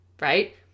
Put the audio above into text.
right